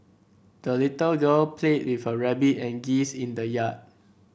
the little girl played with her rabbit and geese in the yard